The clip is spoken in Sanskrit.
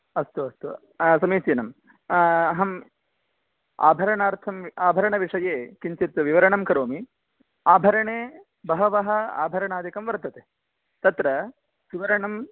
अस्तु अस्तु समीचिनं अहम् आभरणार्थम् आभरणविषये किञ्चित् विवरणं करोमि आभरणे बहवः आभरणादिकं वर्तते तत्र सुवर्णं